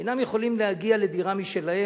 אינם יכולים להגיע לדירה משלהם,